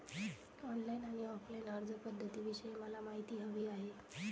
online आणि offline अर्जपध्दतींविषयी मला माहिती हवी आहे